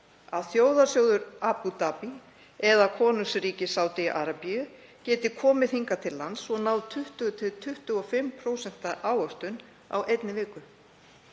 þjóðarsjóður Abú Dabí eða konungsríki Sádi-Arabíu geti komið hingað til lands og náð 20–25% ávöxtun á einni viku.